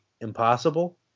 impossible